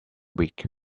week